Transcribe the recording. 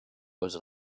was